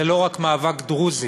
זה לא רק מאבק דרוזי,